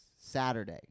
Saturday